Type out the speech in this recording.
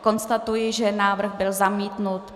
Konstatuji, že návrh byl zamítnut.